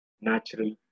Natural